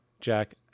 Jack